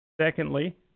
Secondly